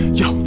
yo